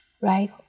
right